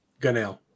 Gunnell